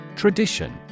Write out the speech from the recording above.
Tradition